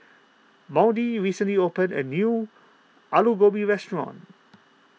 Maudie recently opened a new Alu Gobi restaurant